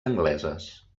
angleses